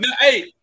hey